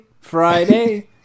friday